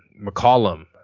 McCollum